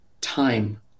time